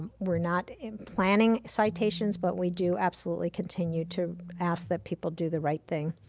we're not planning citations, but we do absolutely continue to ask that people do the right thing.